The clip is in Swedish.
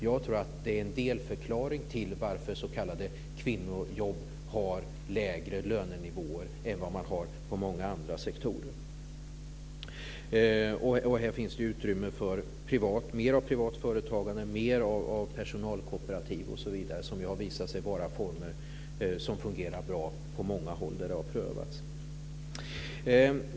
Jag tror att detta är en delförklaring till att s.k. kvinnojobb har lägre lönenivåer än vad man har inom många andra sektorer. Här finns det utrymme för mer av privat företagande, mer av personalkooperativ osv. som har visat sig vara former som har fungerat bra på många håll där det har prövats.